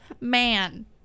man